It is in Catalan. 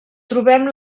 trobem